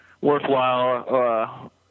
worthwhile